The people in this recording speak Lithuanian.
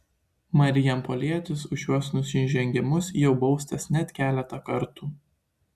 marijampolietis už šiuos nusižengimus jau baustas net keletą kartų